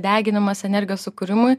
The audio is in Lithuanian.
deginimas energijos sukūrimui